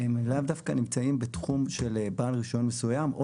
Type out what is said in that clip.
שהם לוו דווקא נמצאים בתחום של בעל רישיון מסוים או